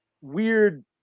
weird